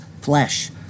flesh